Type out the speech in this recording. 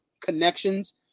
connections